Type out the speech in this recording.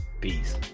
Peace